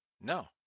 No